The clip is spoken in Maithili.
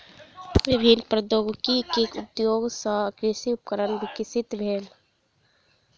विभिन्न प्रौद्योगिकी के उपयोग सॅ कृषि उपकरण विकसित भेल